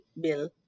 Bill